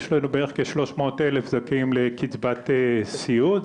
יש לנו בערך כ-300 אלף זכאים לקצבת סיעוד,